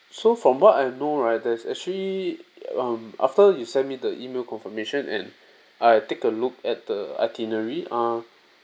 so from what I know right there's actually um after you sent me the email confirmation and I take a look at the itinerary ah